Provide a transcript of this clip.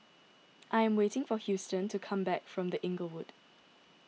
I am waiting for Huston to come back from the Inglewood